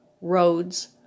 roads